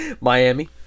Miami